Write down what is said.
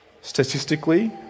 statistically